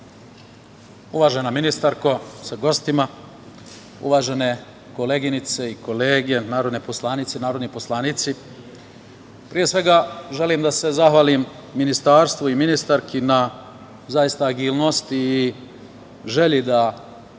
Uvažena ministarko sa gostima, uvažene koleginice i kolege, narodne poslanice i narodni poslanici, pre svega želim da se zahvalim Ministarstvu i ministarki zaista na agilnosti i želji da